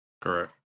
Correct